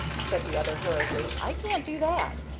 said the other, hurriedly, i can't do that.